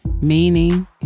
meaning